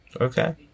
Okay